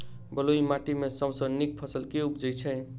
बलुई माटि मे सबसँ नीक फसल केँ उबजई छै?